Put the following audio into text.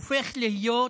זה הופך להיות,